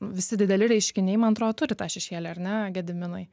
visi dideli reiškiniai man atrodo turi tą šešėlį ar ne gediminai